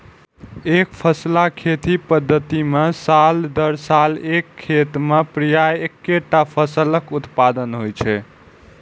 एकफसला खेती पद्धति मे साल दर साल एक खेत मे प्रायः एक्केटा फसलक उत्पादन होइ छै